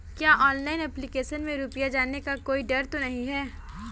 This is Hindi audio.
क्या ऑनलाइन एप्लीकेशन में रुपया जाने का कोई डर तो नही है?